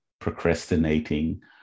procrastinating